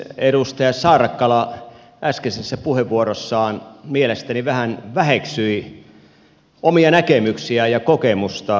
edustaja saarakkala äskeisessä puheenvuorossaan mielestäni vähän väheksyi omia näkemyksiään ja kokemustaan